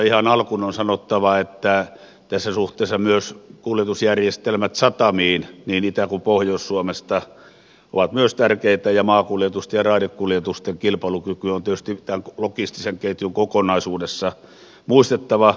ihan alkuun on sanottava että tässä suhteessa myös kuljetusjärjestelmät satamiin niin itä kuin pohjois suomesta ovat myös tärkeitä ja maa ja raidekuljetusten kilpailukyky on tietysti tämän logistisen ketjun kokonaisuudessa muistettava